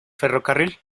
ferrocarril